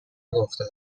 نگفته